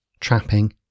trapping